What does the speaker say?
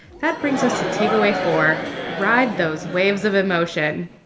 that brings us to takeaway four ride those waves of emotion.